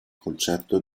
concetto